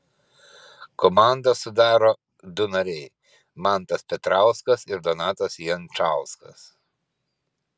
komandą sudaro du nariai mantas petrauskas ir donatas jančauskas